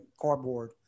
cardboard